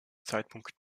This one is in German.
zeitpunkt